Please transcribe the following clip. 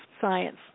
science